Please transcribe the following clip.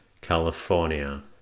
California